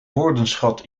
woordenschat